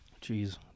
jeez